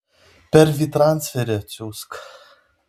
per vytransferį atsiųsk